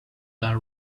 that